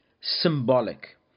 symbolic